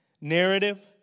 narrative